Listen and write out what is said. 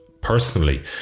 personally